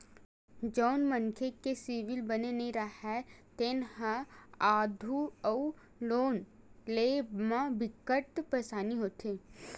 जउन मनखे के सिविल बने नइ राहय तेन ल आघु अउ लोन लेय म बिकट परसानी होथे